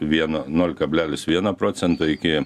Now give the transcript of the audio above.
vieno nol kablelis vieno procento iki